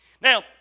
Now